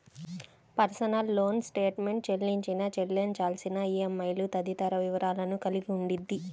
personal loan statement చెల్లించిన, చెల్లించాల్సిన ఈఎంఐలు తదితర వివరాలను కలిగి ఉండిద్ది